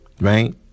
right